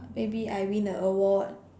maybe I win a award